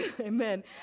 Amen